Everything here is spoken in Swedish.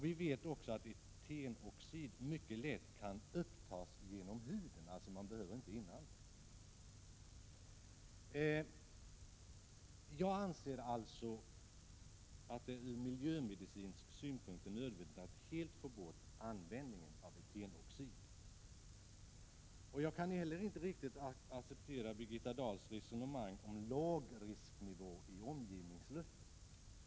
Vi vet också att etenoxid mycket lätt kan upptas genom huden, utan att den inandas. Jag anser alltså att det ur miljömedicinsk synpunkt är nödvändigt att man helt slutar använda etenoxid. Vidare kan jag inte riktigt acceptera Birgitta Dahls resonemang om lågrisknivån när det gäller omgivningsluften.